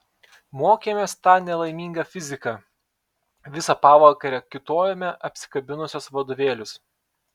mokėmės tą nelaimingą fiziką visą pavakarę kiūtojome apsikabinusios vadovėlius